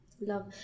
Love